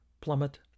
plummet